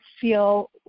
feel